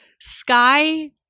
Sky